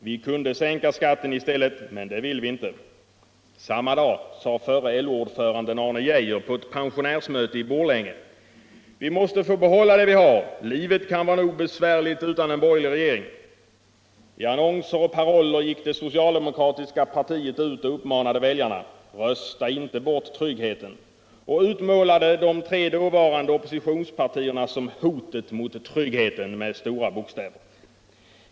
Vi kunde sänka skatten i stället, men det vill vi inte.” Samma dag sade förre LO-ordföranden Arne Geijer på ett pensionärsmöte i Borlänge: ”Vi måste få behålia det vi har. LCivet kan vara nog besvärtigt utan en borgerlig regering.” I annonser och paroller gick det socialdemokratiska partiet ut och uppmanade väljarna: RÖSTA INTE BORT TRYGGHETEN! Och man utmålade de tre dåvarande oppositionspartierna som HOTET MOT TRYGGHETEN — med stora bokstäver.